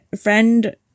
friend